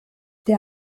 der